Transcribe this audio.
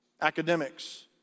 academics